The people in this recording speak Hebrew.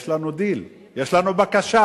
יש לנו דיל, יש לנו בקשה.